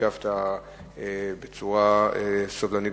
שהשיב בצורה סובלנית.